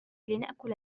لنأكل